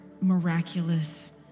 miraculous